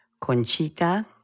Conchita